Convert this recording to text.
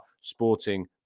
Sporting